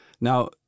Now